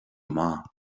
maith